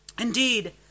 Indeed